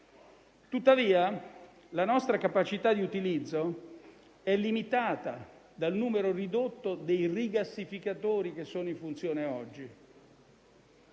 Tuttavia la nostra capacità di utilizzo è limitata dal numero ridotto di rigassificatori che sono in funzione oggi.